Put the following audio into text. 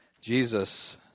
Jesus